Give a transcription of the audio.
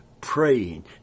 praying